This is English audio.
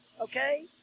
Okay